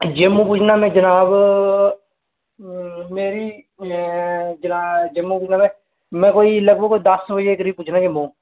जम्मू पुज्जना में जनाब मेरी ऐ जना जम्मू पुज्जना में में कोई लगभग कोई दस्स बजे दे करीब पुज्जना जम्मू